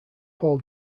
paul